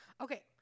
Okay